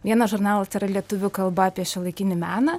vienas žurnalas yra lietuvių kalba apie šiuolaikinį meną